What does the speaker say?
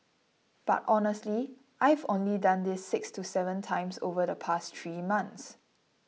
but honestly I've only done this six to seven times over the past three months